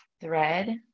thread